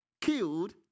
killed